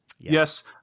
Yes